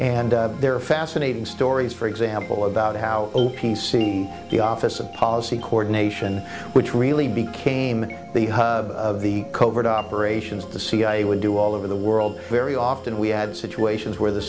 and there are fascinating stories for example about how o p c the office of policy coordination which really became the hub of the covert operations the cia would do all over the world very often we had situations where the